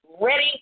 ready